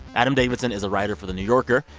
adam davidson is a writer for the new yorker.